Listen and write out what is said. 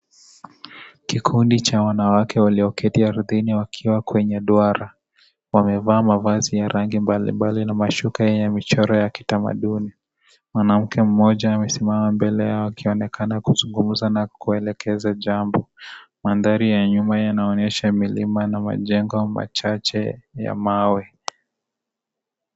Kikundi cha wanawake walioketi ardhini wakiwa kwenye duara, Wamevaa mavazi ya rangi mbalimbali na mashuka yenye michoro ya kitamaduni. Mwanamke mmoja amesimama mbele yao akionekana kuzungumza na kuelekeza jambo. Mandhari ya nyuma yanaonyesha milima na majengo machache ya mawe.